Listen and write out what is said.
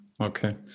Okay